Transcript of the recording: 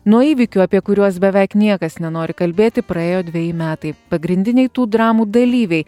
nuo įvykių apie kuriuos beveik niekas nenori kalbėti praėjo dveji metai pagrindiniai tų dramų dalyviai